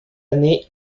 année